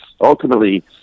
ultimately